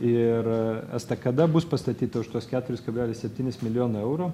ir estakada bus pastatyta už tuos keturis kablelis septynis milijono eurų